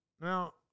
Now